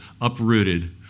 uprooted